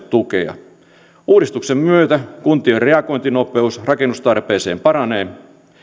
tukea uudistuksen myötä kuntien reagointinopeus rakennustarpeeseen paranee